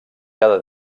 cada